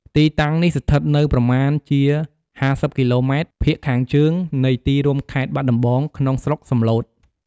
ទីតាំងនេះស្ថិតនៅប្រមាណជា ៥០ គីឡូម៉ែត្រភាគខាងជើងនៃទីរួមខេត្តបាត់ដំបង ក្នុងស្រុកសំឡូត។